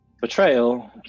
betrayal